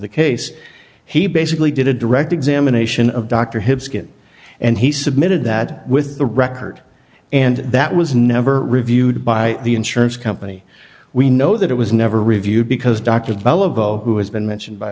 the case he basically did a direct examination of dr hip skin and he submitted that with the record and that was never reviewed by the insurance company we know that it was never reviewed because dr bell of oh who has been mentioned by